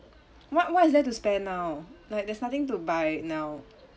what what is there to spend now like there's nothing to buy now